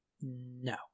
No